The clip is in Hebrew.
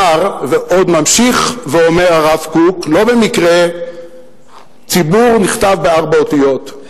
ממשיך ואומר הרב קוק שלא במקרה "צִבּוּר" נכתב בארבע אותיות: